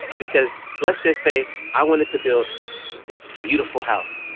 because let's just say i wanted to build this beautiful house,